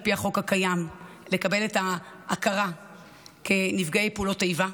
פי החוק הקיים לקבל את ההכרה כנפגעי פעולות איבה,